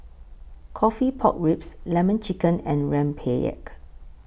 Coffee Pork Ribs Lemon Chicken and Rempeyek